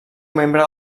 membre